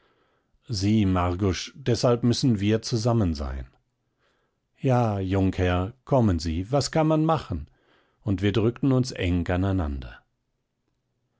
sieh margusch deshalb müssen wir zusammen sein ja jungherr kommen sie was kann man machen und wir drückten uns eng aneinander